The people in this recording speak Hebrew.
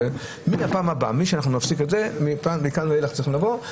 בנושא, כשנפסיק, מכאן ואילך הם צריכים לבוא,